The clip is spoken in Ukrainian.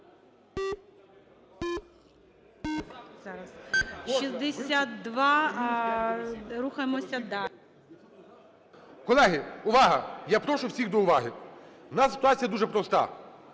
Колеги, увага! Я прошу всіх до уваги. У нас ситуація дуже проста: